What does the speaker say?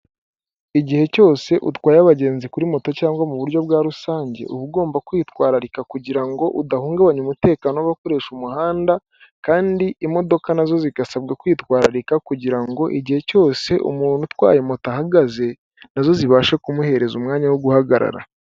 Igihe cyose utwaye abagenzi kuri moto cyangwa mu buryo bwa rusange, uba ugomba kwitwararika kugira ngo udahungabanya umutekano w'abakoresha umuhanda. Kandi imodoka nazo zigasabwa kwitwararika kugira ngo igihe cyose umuntu utwaye moto ahagaze nazo zibashe kumuhereza umwanya wo guhagarara.